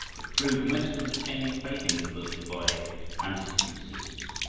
which proved most entertaining playthings for the little boy and his two sisters.